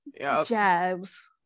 jabs